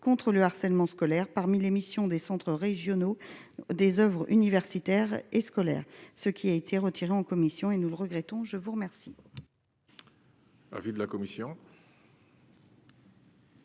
contre le harcèlement scolaire parmi les missions des centres régionaux des Oeuvres universitaires et scolaires, ce qui a été retiré en commission et nous le regrettons, je vous remercie.